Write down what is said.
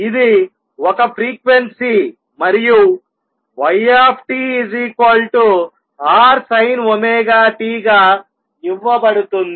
ఇది ఒక ఫ్రీక్వెన్సీ మరియు y Rsinωt గా ఇవ్వబడుతుంది